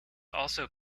also